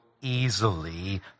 easily